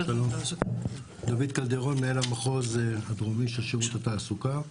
דוד קלדרון, מנהל המחוז הדרומי של שירות התעסוקה.